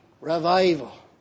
revival